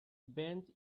bench